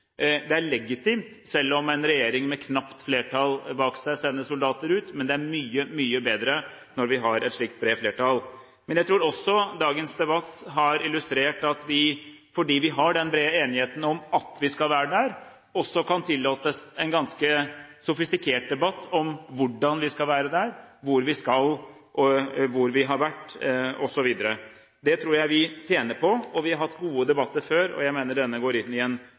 Det er legitimt selv om en regjering med et knapt flertall bak seg sender soldater ut, men det er mye, mye bedre når vi har et slikt bredt flertall. Jeg tror også dagens debatt har illustrert at vi, fordi vi har den brede enigheten om at vi skal være der, også kan tillate oss en ganske sofistikert debatt om hvordan vi skal være der, hvor vi skal, hvor vi har vært, osv. Det tror jeg vi tjener på. Vi har hatt gode debatter før, og jeg mener denne går inn